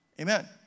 Amen